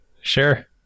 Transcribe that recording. sure